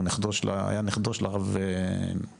הוא היה נכדו של הרב קרליבך.